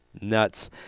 nuts